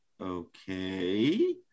okay